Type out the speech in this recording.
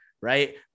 right